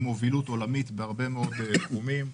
עם מובילות לאומית בהרבה מאוד תחומים.